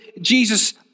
Jesus